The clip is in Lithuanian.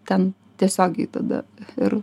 ten tiesiogiai tada ir